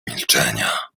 milczenia